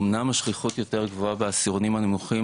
אמנם השכיחות יותר גבוהה בעשירונים הנמוכים,